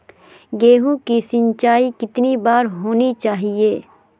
गेहु की सिंचाई कितनी बार होनी चाहिए?